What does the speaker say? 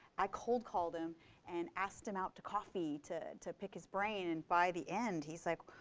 i cold-called him and asked him out to coffee to to pick his brain. and by the end, he's like,